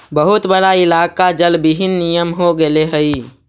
बहुत बड़ा इलाका जलविहीन नियन हो गेले हई